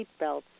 seatbelts